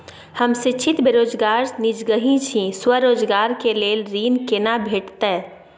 हम शिक्षित बेरोजगार निजगही छी, स्वरोजगार के लेल ऋण केना भेटतै?